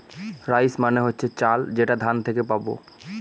rice মানে হচ্ছে চাল যেটা ধান থেকে পাবো